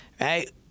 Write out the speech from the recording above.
Right